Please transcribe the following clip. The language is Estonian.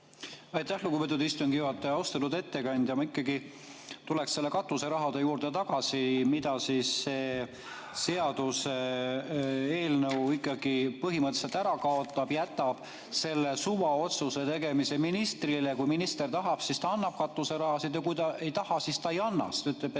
Aitäh, lugupeetud istungi juhataja! Austatud ettekandja! Ma ikkagi tulen katuserahade juurde tagasi, mis see seaduseelnõu põhimõtteliselt ära kaotab, jätab selle suvaotsuse tegemise ministrile. Kui minister tahab, siis ta annab katuserahasid, ja kui ta ei taha, siis ta ei anna,